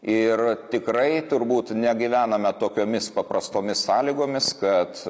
ir tikrai turbūt negyvename tokiomis paprastomis sąlygomis kad